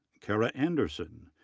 kara anderson,